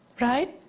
Right